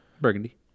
Burgundy